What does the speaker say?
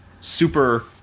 super